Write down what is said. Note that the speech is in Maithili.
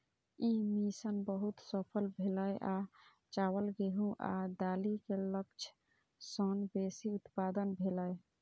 ई मिशन बहुत सफल भेलै आ चावल, गेहूं आ दालि के लक्ष्य सं बेसी उत्पादन भेलै